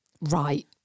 right